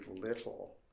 little